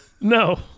No